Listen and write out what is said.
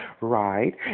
right